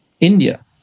India